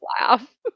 laugh